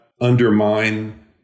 undermine